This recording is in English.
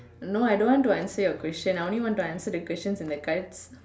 no I don't want to answer your question I only want to answer the questions in the cards